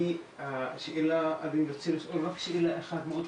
אני רוצה לשאול רק שאלה אחת מאוד חשובה,